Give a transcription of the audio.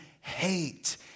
hate